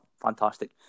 Fantastic